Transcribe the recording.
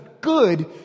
good